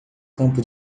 campo